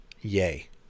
Yay